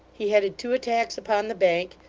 he headed two attacks upon the bank,